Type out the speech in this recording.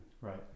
Right